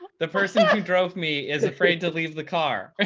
the person who drove me is afraid to leave the car.